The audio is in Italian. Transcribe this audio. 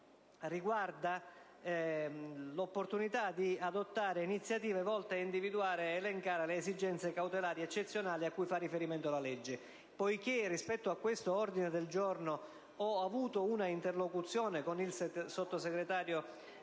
riguarda l'opportunità di adottare iniziative volte ad individuare ed elencare le esigenze cautelari di eccezionale rilevanza cui fa riferimento il provvedimento. Rispetto a questo ordine del giorno ho avuto un'interlocuzione con la sottosegretario